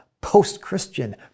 post-Christian